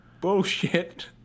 bullshit